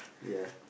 ya